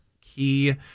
key